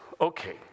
Okay